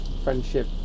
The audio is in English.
Friendship